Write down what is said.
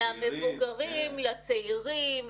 מהמבוגרים לצעירים,